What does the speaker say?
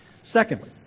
Secondly